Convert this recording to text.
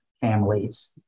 families